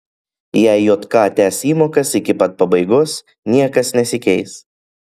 jei jk tęs įmokas iki pat pabaigos niekas nesikeis